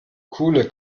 coole